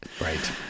Right